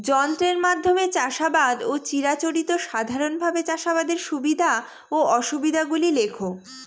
যন্ত্রের মাধ্যমে চাষাবাদ ও চিরাচরিত সাধারণভাবে চাষাবাদের সুবিধা ও অসুবিধা গুলি লেখ?